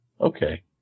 Okay